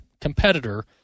competitor